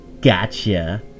Gotcha